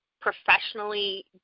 professionally